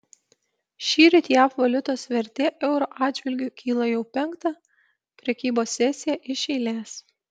šįryt jav valiutos vertė euro atžvilgiu kyla jau penktą prekybos sesiją iš eilės